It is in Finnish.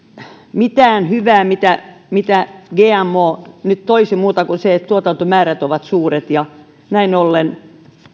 mitään muuta hyvää mitä mitä gmo nyt toisi kuin se että tuotantomäärät ovat suuret näin ollen